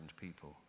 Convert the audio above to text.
people